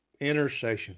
intercession